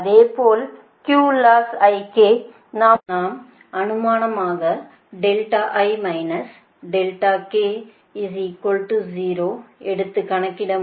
அதேபோல் நாம் அனுமானமாக எடுத்து கணக்கிட முடியும்